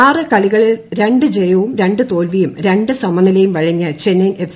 ആറ് കളികളിൽ രണ്ട് ജയവും രണ്ട് തോൽവിയും രണ്ട് സമനിലയും വഴങ്ങിയ ചെന്നൈയിൽ എഫ്